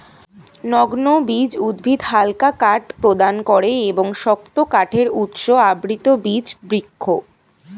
নগ্নবীজ উদ্ভিদ হালকা কাঠ প্রদান করে এবং শক্ত কাঠের উৎস আবৃতবীজ বৃক্ষ